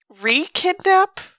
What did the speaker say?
re-kidnap